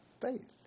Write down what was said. faith